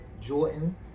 Jordan